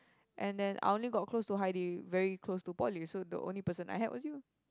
and then I only got close to Haidy very close to Poly so the only person I had was you